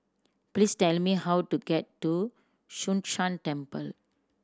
please tell me how to get to Yun Shan Temple